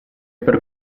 per